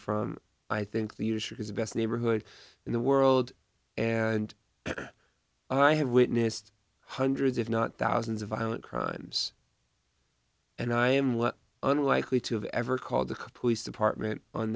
from i think leadership is the best neighborhood in the world and i have witnessed hundreds if not thousands of violent crimes and i am unlikely to have ever called the police department on